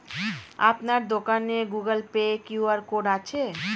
আপনার দোকানে Google Pay QR code আছে?